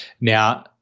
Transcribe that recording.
Now